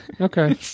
Okay